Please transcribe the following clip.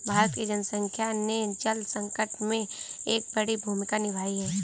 भारत की जनसंख्या ने जल संकट में एक बड़ी भूमिका निभाई है